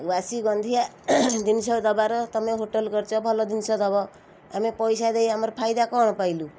ବାସି ଗନ୍ଧିଆ ଜିନିଷ ଦବାର ତମେ ହୋଟେଲ୍ କରିଛ ଭଲ ଜିନିଷ ଦବ ଆମେ ପଇସା ଦେଇ ଆମର ଫାଇଦା କ'ଣ ପାଇଲୁ